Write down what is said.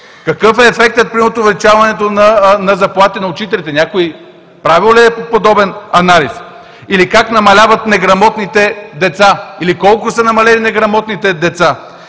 Какъв е ефектът примерно от увеличаването на заплатите на учителите – някой правил ли е подобен анализ? Или как намаляват неграмотните деца, или колко са намалели неграмотните деца?